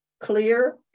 clear